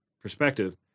perspective